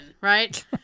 right